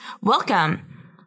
welcome